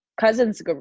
cousins